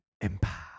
Empire